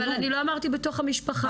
אבל אני לא אמרתי בתוך המשפחה.